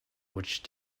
which